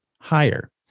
higher